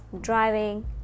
driving